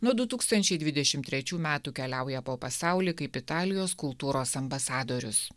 nuo du tūkstančiai dvidešimt trečių metų keliauja po pasaulį kaip italijos kultūros ambasadorius